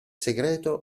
segreto